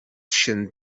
sin